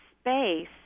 space